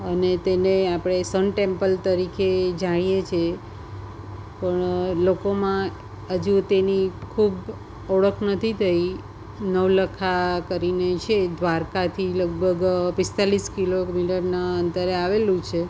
અને તેને આપણે સન ટેમ્પલ તરીકે જાણીએ છીએ પણ લોકોમાં હજુ તેની ખૂબ ઓળખ નથી થઈ નવલખા કરીને છે દ્વારકાથી લગભગ પિસ્તાલીસ કિલોમીટરના અંતરે આવેલું છે